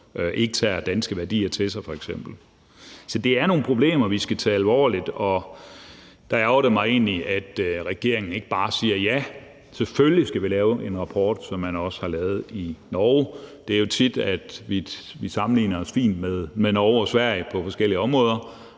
ikke tager danske værdier til sig. Så det er nogle problemer, vi skal tage alvorligt, og der ærgrer det mig egentlig, at regeringen ikke bare siger: Ja, selvfølgelig skal vi også lave en rapport som den, man har lavet i Norge. Det er jo tit, at vi sammenligner os fint med Norge og Sverige på forskellige områder.